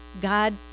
God